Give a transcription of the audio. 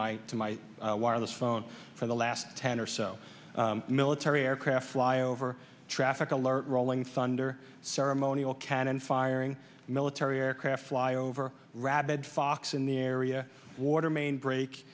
my to my wireless phone for the last ten or so military aircraft fly over traffic alert rolling thunder ceremonial cannon firing military aircraft fly over rabid fox in the area water main break